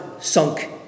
sunk